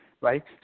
Right